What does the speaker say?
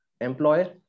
employer